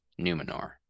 numenor